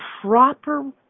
proper